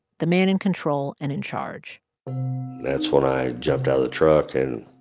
the man in control and in charge that's when i jumped out of the truck and